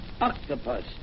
octopus